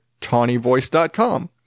tawnyvoice.com